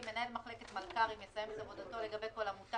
מנהל מחלקת מלכ"רים יסיים את עבודתו לגבי כל עמותה